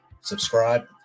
Subscribe